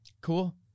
Cool